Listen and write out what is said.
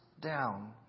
down